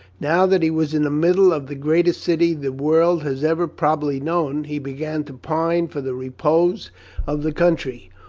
now that he was in the middle of the greatest city the world has ever probably known, he began to pine for the repose of the country,